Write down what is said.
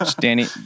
Danny